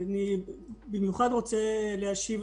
אני מצטרפת.